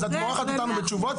אז את מורחת אותנו בתשובות.